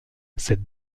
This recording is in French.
cette